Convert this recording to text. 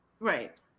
Right